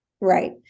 right